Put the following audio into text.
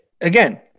again